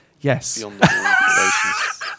Yes